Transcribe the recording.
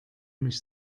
mich